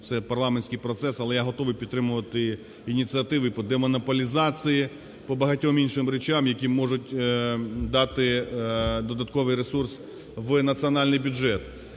це парламентський процес, але я готовий підтримувати ініціативи по демонополізації, по багатьом іншим речам, які можуть дати додатковий ресурс в національний бюджет.